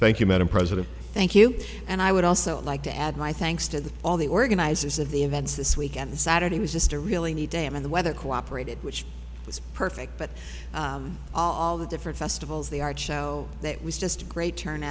thank you madam president thank you and i would also like to add my thanks to all the organizers of the events this weekend saturday was just a really neat day in the weather cooperated which was perfect but all the different festivals the art show that was just great turn